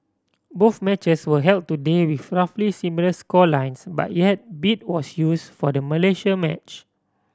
both matches were held today with roughly similar score lines but yet beat was use for the Malaysia match